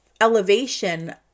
elevation